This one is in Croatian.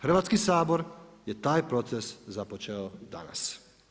Hrvatski sabor je taj proces započeo danas.